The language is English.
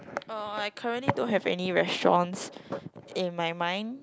uh I currently don't have any restaurants in my mind